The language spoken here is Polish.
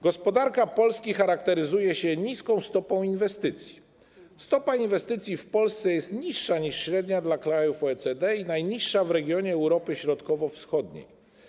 Gospodarka Polski charakteryzuje się niską stopą inwestycji, stopa inwestycji w Polsce jest niższa niż średnia dla krajów OECD i najniższa w regionie Europy Środkowo-Wschodniej.